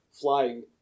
flying